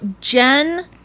Jen